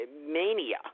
mania